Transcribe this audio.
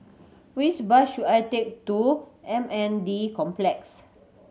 which bus should I take to M N D Complex